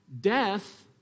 death